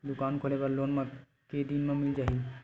दुकान खोले बर लोन मा के दिन मा मिल जाही?